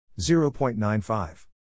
0.95